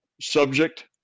subject